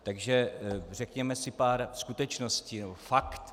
Takže řekněme si pár skutečností nebo fakt.